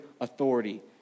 authority